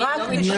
היא לא מתבלבלת.